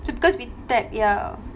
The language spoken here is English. to because we tap ya